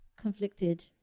conflicted